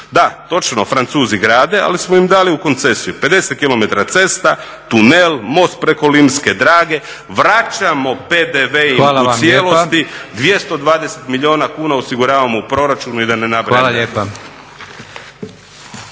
da, točno Francuzi grade ali smo im dali u koncesiju 50 km cesta, tunel, most preko Limske Drage, vraćamo PDV u cijelosti 220 milijuna kuna osiguravamo u proračunu i da ne nabrajam